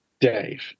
Dave